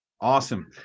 Awesome